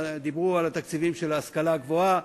ודיברו על התקציבים של ההשכלה הגבוהה,